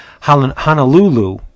honolulu